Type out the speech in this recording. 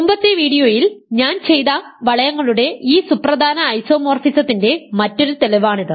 മുമ്പത്തെ വീഡിയോയിൽ ഞാൻ ചെയ്ത വളയങ്ങളുടെ ഈ സുപ്രധാന ഐസോമോറിസത്തിന്റെ മറ്റൊരു തെളിവാണിത്